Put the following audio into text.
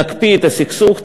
נקפיא את הסכסוך,